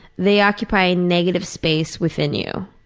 they occupy negative space within you.